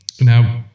Now